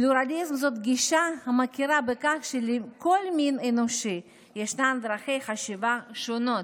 פלורליזם הוא גישה המכירה בכך שלכל מין אנושי ישנן דרכי חשיבה שונות.